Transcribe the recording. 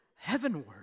heavenward